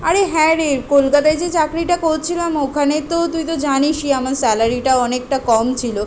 আরে হ্যাঁ রে কলকাতায় যে চাকরিটা করছিলাম ওখানে তো তুই তো জানিসই আমার স্যালারিটা অনেকটা কম ছিলো